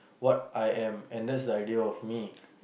what I am and that's the idea of me